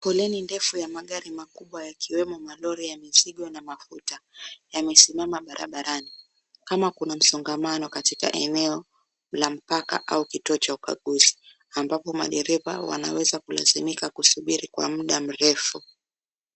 Foleni ndefu ya magari makubwa yakiwemo malori ya mizigo na mafuta. Yamesimama barabarani kama msongamano katika eneo la mpaka au kituo cha ukaguzi, ambapo madereva wanaweza kulazimika kusubiri kwa muda mrefu.